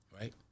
Right